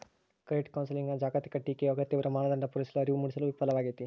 credit ಕೌನ್ಸೆಲಿಂಗ್ನ ಜಾಗತಿಕ ಟೀಕೆಯು ಅಗತ್ಯವಿರುವ ಮಾನದಂಡ ಪೂರೈಸಲು ಅರಿವು ಮೂಡಿಸಲು ವಿಫಲವಾಗೈತಿ